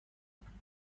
پارکینگ